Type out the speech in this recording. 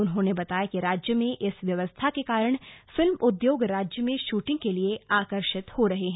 उन्होंने बताया कि राज्य में इस व्यवस्था के कारण फिल्म उद्योग राज्य में शूटिंग के लिए आकर्षित हो रहे हैं